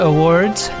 Awards